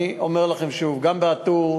אני אומר לכם שוב, גם בא-טור,